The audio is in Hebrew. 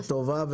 וטובה,